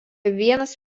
vienas